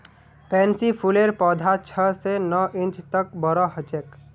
pansy फूलेर पौधा छह स नौ इंच तक बोरो ह छेक